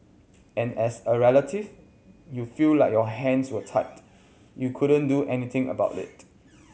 and as a relative you feel like your hands were tied you couldn't do anything about it